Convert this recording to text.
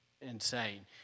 insane